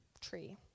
tree